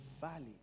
valley